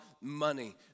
money